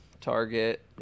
Target